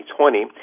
2020